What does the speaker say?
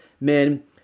men